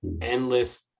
endless